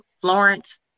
Florence